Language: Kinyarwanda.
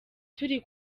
turi